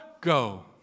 go